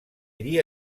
allí